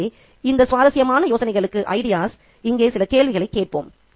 எனவே இந்த சுவாரஸ்யமான யோசனைகளுக்கு இங்கே சில கேள்விகளைக் கேட்போம்